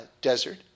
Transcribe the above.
desert